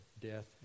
death